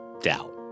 doubt